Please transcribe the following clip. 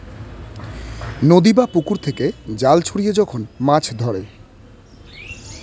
নদী বা পুকুর থেকে জাল ছড়িয়ে যখন মাছ ধরে